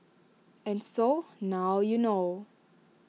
and so now you know